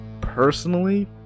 Personally